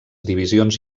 divisions